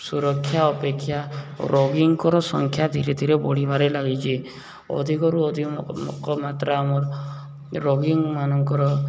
ସୁରକ୍ଷା ଅପେକ୍ଷା ରୋଗୀଙ୍କର ସଂଖ୍ୟା ଧୀରେ ଧୀରେ ବଢ଼ିବାରେ ଲାଗିଛି ଅଧିକରୁ ଅଧିକମାତ୍ରା ଆମର ରୋଗୀମାନଙ୍କର